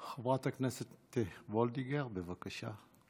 חברת הכנסת וולדיגר, בבקשה.